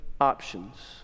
options